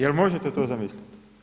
Jel možete to zamisliti?